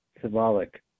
symbolic